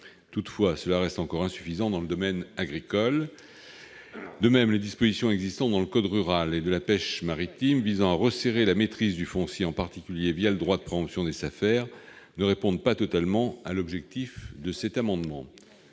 Toutefois, cela reste encore insuffisant dans le domaine agricole. De même, les dispositions existant dans le code rural et de la pêche maritime visant à resserrer la maîtrise du foncier, en particulier le droit de préemption des SAFER, ne répondent pas totalement à l'objectif de cet amendement.